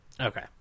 Okay